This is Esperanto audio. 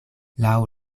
laŭ